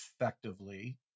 effectively